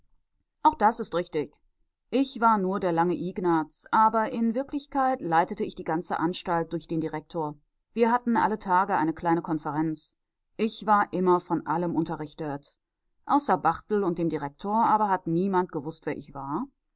auch das ist richtig ich war nur der lange ignaz aber in wirklichkeit leitete ich die ganze anstalt durch den direktor wir hatten alle tage eine kleine konferenz ich war immer von allem unterrichtet außer barthel und dem direktor hat aber niemand gewußt wer ich war